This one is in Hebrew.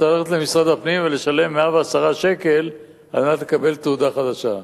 אתה צריך ללכת למשרד הפנים ולשלם 110 שקל על מנת לקבל תעודה חדשה,